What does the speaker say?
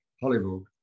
Hollywood